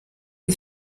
ari